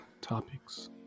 topics